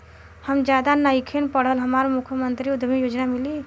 हम ज्यादा नइखिल पढ़ल हमरा मुख्यमंत्री उद्यमी योजना मिली?